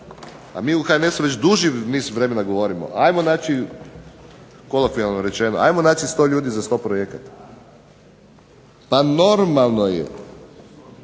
a mi u HNS-u već duži niz vremena govorimo ajmo naći, kolokvijalno rečeno ajmo naći 100 ljudi za 100 projekata. Pa normalno je